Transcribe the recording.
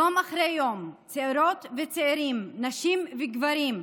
יום אחרי יום צעירות וצעירים, נשים וגברים,